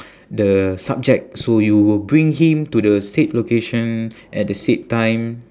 the subject so you will bring him to the said location at the said time